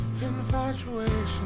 Infatuation